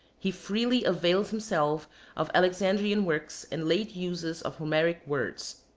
he freely avails himself of alexandrian words and late uses of homeric words.